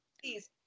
please